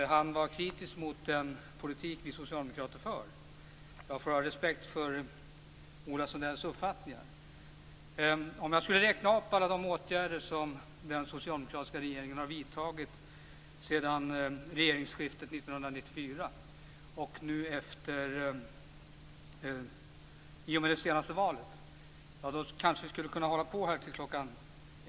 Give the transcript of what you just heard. Han var kritisk mot den politik som vi socialdemokrater för. Jag får ha respekt för Ola Sundells uppfattningar. Om jag skulle räkna upp alla de åtgärder som den socialdemokratiska regeringen har vidtagit sedan regeringsskiftet 1994 och i och med det senaste valet kanske vi skulle kunna hålla på till kl. 23.